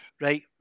right